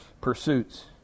pursuits